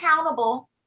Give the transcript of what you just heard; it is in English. accountable